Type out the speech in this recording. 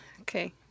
Okay